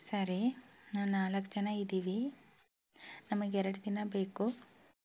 ಸರಿ ನಾವು ನಾಲ್ಕು ಜನ ಇದ್ದೀವಿ ನಮಗೆ ಎರಡು ದಿನ ಬೇಕು